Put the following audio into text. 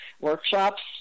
workshops